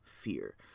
Fear